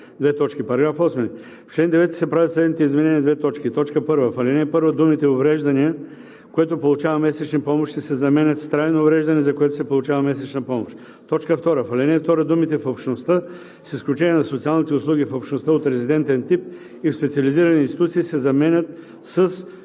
§ 8: „§ 8. В чл. 9 се правят следните изменения: 1. В ал. 1 думите „увреждания, което получава месечни помощи“ се заменят с „трайно увреждане, за което се получава месечна помощ“. 2. В ал. 2 думите „в общността, с изключение на социалните услуги в общността от резидентен тип и в специализирани институции“ се заменят със